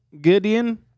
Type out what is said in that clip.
Gideon